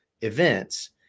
events